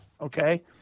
okay